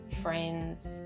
friends